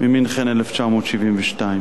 במינכן 1972. אני,